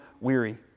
weary